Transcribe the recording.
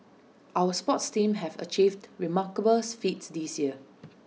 our sports teams have achieved remarkable feats this year